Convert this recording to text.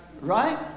Right